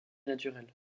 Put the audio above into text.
naturel